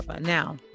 now